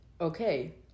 Okay